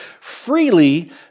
freely